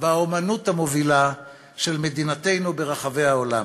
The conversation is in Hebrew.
והאמנות המובילה של מדינתנו ברחבי העולם.